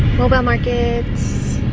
mobile markets